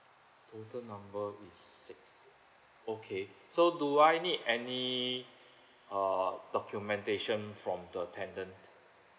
total number of six okay so do I need any uh documentation from the tenant